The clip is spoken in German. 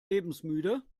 lebensmüde